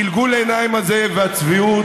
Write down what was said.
גלגול העיניים הזה והצביעות,